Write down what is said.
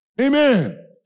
Amen